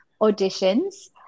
auditions